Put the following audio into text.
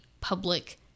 public